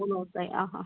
മൂന്ന് ദിവസമായി ആഹ് ആഹ്